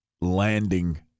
landing